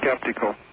skeptical